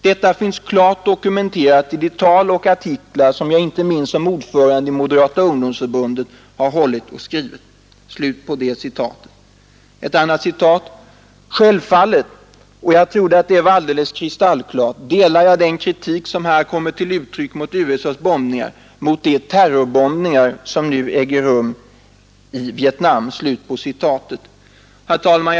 Det finns klart dokumenterat i de tal och artiklar som jag inte minst som ordförande i Moderata ungdomsförbundet har hållit och skrivit.” Ett annat citat: ”Självfallet — och jag trodde att det var alldeles kristallklart — delar jag den kritik som här har kommit till uttryck mot USA:s bombningar, mot de terrorbombningar som nu äger rum i Vietnam.” Herr talman!